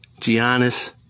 Giannis